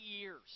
years